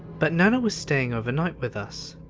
but nana was staying overnight with us.